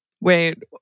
Wait